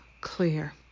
clear